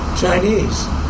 Chinese